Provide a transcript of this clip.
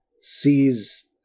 sees